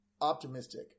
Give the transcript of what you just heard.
optimistic